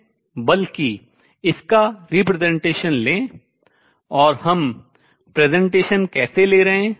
बल्कि इसका representation प्रतिनिधित्व लें और हम presentation प्रस्तुति कैसे ले रहे हैं